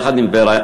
יחד עם ור"ה,